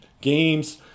games